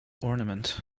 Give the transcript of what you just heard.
ornament